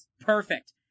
Perfect